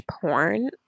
porn